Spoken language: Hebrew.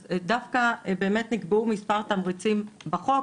אז דווקא באמת נקבעו באמת מספר תמריצים בחוק